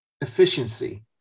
Efficiency